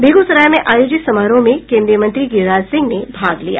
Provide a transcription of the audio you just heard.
बेगूसराय में आयोजित समारोह में केन्द्रीय मंत्री गिरिराज सिंह ने भाग लिया